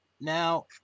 Now